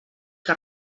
que